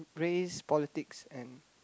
race politics and